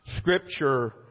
scripture